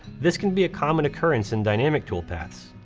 this can be a common occurrence in dynamic toolpaths.